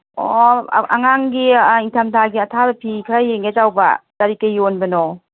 ꯑꯣ ꯑꯉꯥꯡꯒꯤ ꯏꯪꯊꯝꯊꯥꯒꯤ ꯑꯊꯥꯕ ꯐꯤ ꯈꯔ ꯌꯦꯡꯒꯦ ꯇꯧꯕ ꯀꯔꯤ ꯀꯔꯤ ꯌꯣꯟꯕꯅꯣ